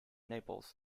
naples